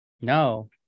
No